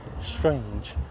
strange